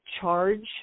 charge